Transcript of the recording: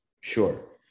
Sure